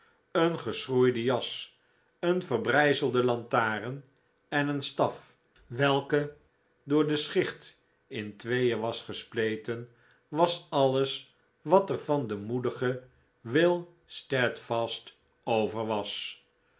een geschroeide jas een verbrijzelde lantaarn en eenstaf welke door de schicht in tweeen was gespleten was alles wat er van den moedigen will steadfast over was